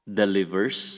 delivers